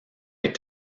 est